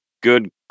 good